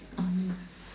uh yes